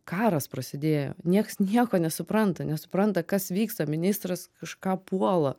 karas prasidėjo nieks nieko nesupranta nesupranta kas vyksta ministras kažką puola